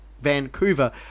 Vancouver